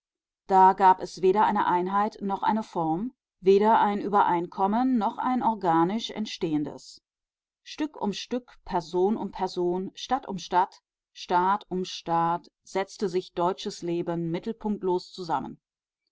da gab es weder eine einheit noch eine form weder ein übereinkommen noch ein organisch entstehendes stück um stück person um person stadt um stadt staat um staat setzte sich deutsches leben mittelpunktlos zusammen